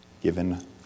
given